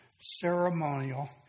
ceremonial